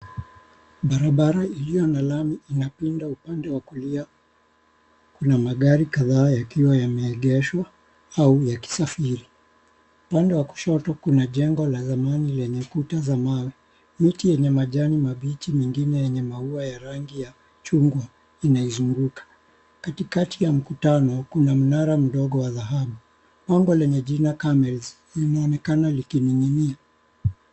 Barabara ilio na lami inapinda upande wa kulia. Kuna magari kadhaa yakiwa yameegeshwa au yakisafiri. Upande wa kushoto kuna jengo la zamani lenye kuta za mawe. Miti yenye majani mabichi, mengine yenye maua ya rangi ya chungwa inaizunguka. Katikati ya mkutano kuna mnara mdogo wa dhahabu. Bango lenye jina Camel linaonekana likining'inia.